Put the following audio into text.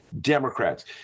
Democrats